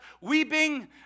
weeping